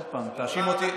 עוד פעם תאשים אותי.